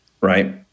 Right